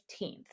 15th